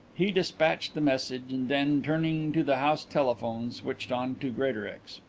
he despatched the message and then, turning to the house telephone, switched on to greatorex.